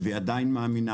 והיא עדיין מאמינה,